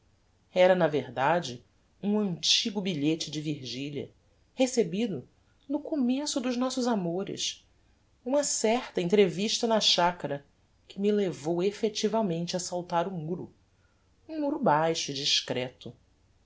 era na verdade um antigo bilhete de virgilia recebido no começo dos nossos amores uma certa entrevista na chacara que me levou effectivamente a saltar o muro um muro baixo e discreto